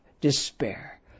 despair